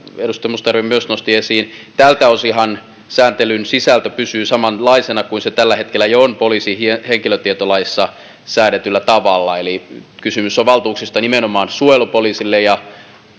edustaja mustajärvi myös nosti esiin tältä osinhan sääntelyn sisältö pysyy samanlaisena kuin se tällä hetkellä jo on poliisin henkilötietolaissa säädetyllä tavalla eli kysymys on valtuuksista ja nimenomaan suojelupoliisille ja